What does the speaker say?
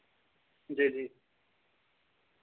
जी जी